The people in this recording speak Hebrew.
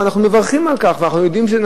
ואנחנו מברכים על כך ואנחנו יודעים שזה